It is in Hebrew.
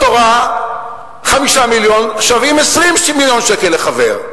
5 מיליון, שווים 20 מיליון שקל לחבר.